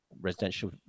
residential